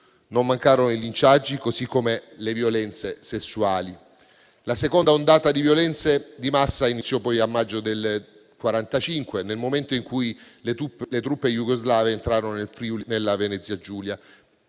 Non mancarono i linciaggi così come le violenze sessuali. La seconda ondata di violenze di massa iniziò poi a maggio del 1945, nel momento in cui le truppe jugoslave entrarono nella Venezia Giulia,